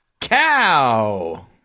cow